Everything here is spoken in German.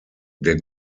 der